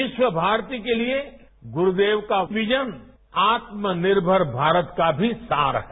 विश्वभारती के लिए गुरूदेव का विजन आत्मनिर्भर भारत का भी सार है